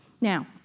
Now